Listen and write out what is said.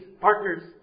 partners